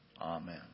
Amen